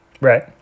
Right